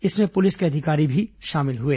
इसमें पुलिस के अधिकारी भी शामिल हुए